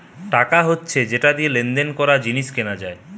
টাকা হচ্ছে যেটা দিয়ে লেনদেন করা, জিনিস কেনা যায়